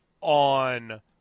on